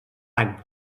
any